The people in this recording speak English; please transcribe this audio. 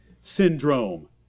syndrome